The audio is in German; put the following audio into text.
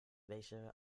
welche